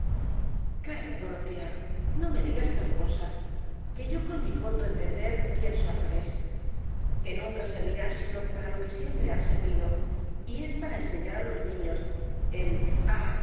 mundo calla dorotea no me digas tal cosa que yo con mi corto entender pienso al revés que nunca servirán sino para lo que siempre han servido y es para enseñar á los niños el a